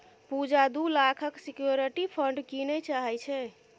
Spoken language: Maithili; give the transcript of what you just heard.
पुजा दु लाखक सियोरटी बॉण्ड कीनय चाहै छै